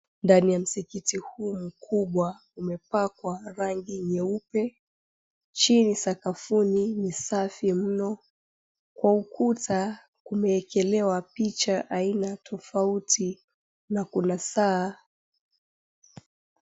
Ndani ya msikiti huu mkubwa umepakwa rangi nyeupe. Chini sakafuni ni safi mno, kwa ukuta kumeekelewa picha aina tofauti na kuna saa.